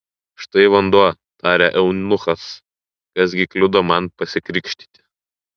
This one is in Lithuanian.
štai vanduo tarė eunuchas kas gi kliudo man pasikrikštyti